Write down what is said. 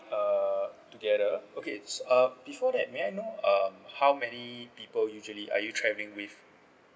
uh together okay s~ uh before that may I know uh how many people usually are you travelling with